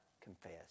confess